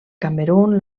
camerun